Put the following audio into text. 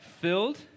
filled